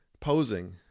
posing